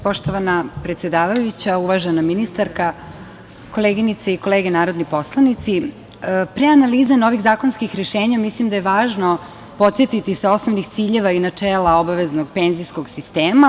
Poštovana predsedavajuća, uvažena ministarka, koleginice i kolege narodni poslanici, pre analize novih zakonskih rešenja mislim da je važno podsetiti se osnovnih ciljeva i načela obaveznog penzijskog sistema.